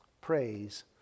Praise